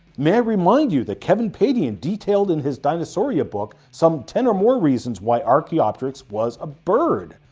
may i remind you that kevin padian detailed in his dinosauria book some ten or more reasons why archaeopteryx was a bird.